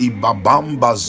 Ibabamba